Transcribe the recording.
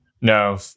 No